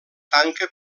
tanca